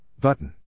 Button